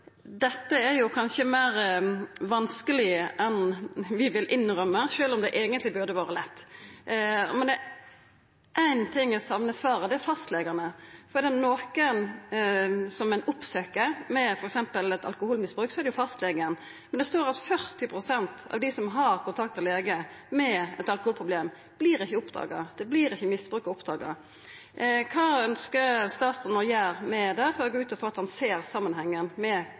dette er kanskje meir vanskeleg enn vi vil innrømma, sjølv om det eigentleg burde vore lett. Det er ein ting eg saknar i svaret, og det er fastlegane. Er det nokon som ein oppsøkjer med f.eks. eit alkoholmisbruk, så er det jo fastlegen. Men det står at hos 40 pst. av dei med eit alkoholproblem som har kontakta lege, vert ikkje misbruket oppdaga. Kva ønskjer statsråden å gjera med det? Eg går ut frå at han ser samanhengen med